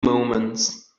moments